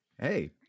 hey